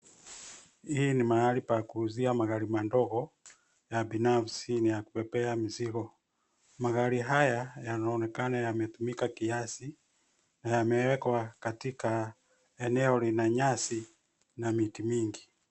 Hii ni mahali pa kuuzia magari madogo ya binafsi na ya kubebea mizigo. Magari haya, yanaonekana yametumika kiasi na yamewekwa katika eneo lina nyasi na miti mingi.